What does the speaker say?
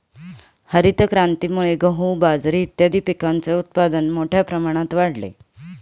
हरितक्रांतीमुळे गहू, बाजरी इत्यादीं पिकांचे उत्पादन मोठ्या प्रमाणात वाढले